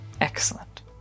Excellent